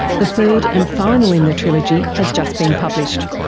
the third and final in the trilogy has just been published.